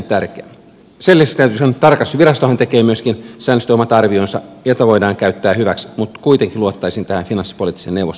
sen lisäksi täytyy sanoa että tarkastusvirastohan tekee myöskin säännöllisesti omat arvionsa joita voidaan käyttää hyväksi mutta kuitenkin luottaisin tähän finanssipoliittiseen neuvostoon enemmän